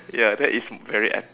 ya that is very ep~